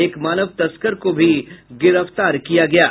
एक मानव तस्कर को भी गिरफ्तार किया है